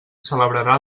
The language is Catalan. celebrarà